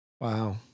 Wow